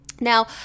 Now